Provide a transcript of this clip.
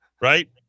right